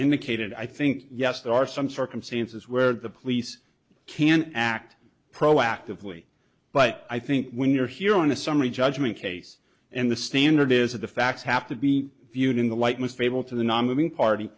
indicated i think yes there are some circumstances where the police can act proactively but i think when you're here on a summary judgment case and the standard is that the facts have to be viewed in the light most favorable to the nominee party